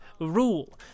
rule